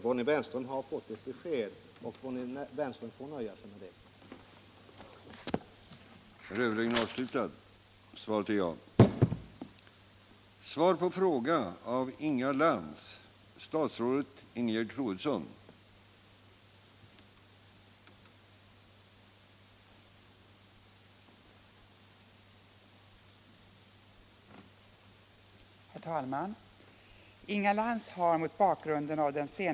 Bonnie Bernström har fått ett besked och får nöja sig med det.